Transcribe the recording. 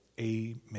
amen